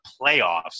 playoffs